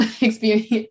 experience